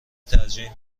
ترجیح